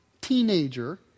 teenager